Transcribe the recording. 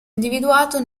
individuato